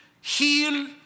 heal